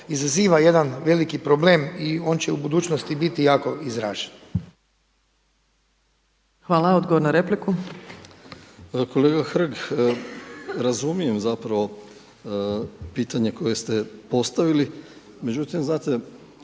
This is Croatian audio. izaziva jedan veliki problem i on će u budućnosti biti jako izražen.